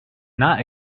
not